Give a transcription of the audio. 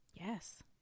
Yes